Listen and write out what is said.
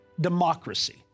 democracy